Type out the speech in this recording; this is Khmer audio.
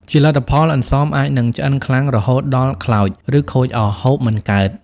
ជាលទ្ធផល អន្សមអាចនឹងឆ្អិនខ្លាំងរហូតដល់ ខ្លោច ឬខូចអស់ ហូបមិនកើត។